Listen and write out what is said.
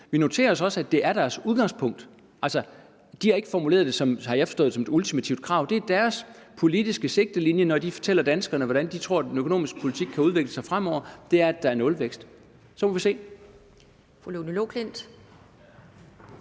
Vi noterer os også, at det er deres udgangspunkt. De har ikke formuleret det, som jeg har forstået det, som et ultimativt krav. Det er deres politiske sigtelinje – når de fortæller danskerne, hvordan de tror den økonomiske politik kan udvikle sig fremover – at der er nulvækst. Så må vi se.